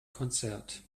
konzert